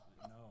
no